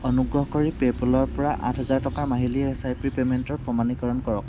অনুগ্ৰহ কৰি পে'পলৰ পৰা আঠ হেজাৰ টকাৰ মাহিলী এছ আই পি পেমেণ্টৰ প্ৰমাণীকৰণ কৰক